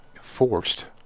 forced